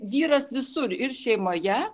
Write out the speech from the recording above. vyras visur ir šeimoje